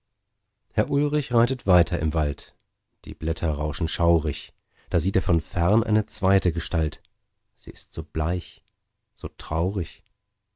herr ulrich reitet weiter im wald die blätter rauschen schaurig da sieht er von fern eine zweite gestalt die ist so bleich so traurig